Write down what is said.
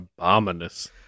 Abominous